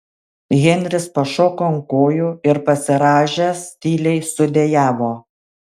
henris pašoko ant kojų ir pasirąžęs tyliai sudejavo